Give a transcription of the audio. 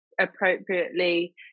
appropriately